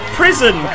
prison